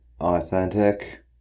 authentic